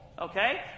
Okay